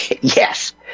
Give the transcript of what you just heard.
Yes